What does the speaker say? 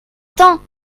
temps